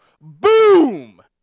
boom